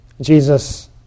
Jesus